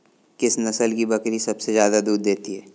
किस नस्ल की बकरी सबसे ज्यादा दूध देती है?